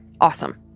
Awesome